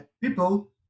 people